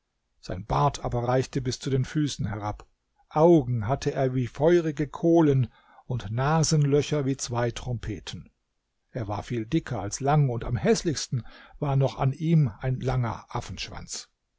sein bart aber reichte bis zu den füßen herab augen hatte er wie feurige kohlen und nasenlöcher wie zwei trompeten er war viel dicker als lang und am häßlichsten war noch an ihm ein langer affenschwanz